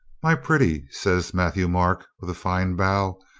my pretty, said matthieu-marc, with a fine bow,